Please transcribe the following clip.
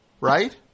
Right